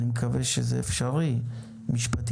אני מקווה שזה אפשרי משפטית,